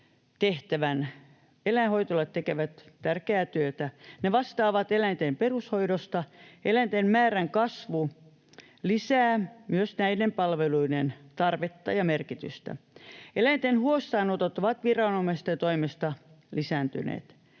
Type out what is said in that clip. Eläinhoitolat tekevät tärkeää työtä: ne vastaavat eläinten perushoidosta. Eläinten määrän kasvu lisää myös näiden palveluiden tarvetta ja merkitystä. Eläinten huostaanotot ovat viranomaisten toimesta lisääntyneet.